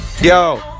yo